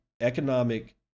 economic